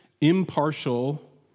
impartial